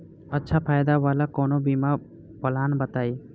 अच्छा फायदा वाला कवनो बीमा पलान बताईं?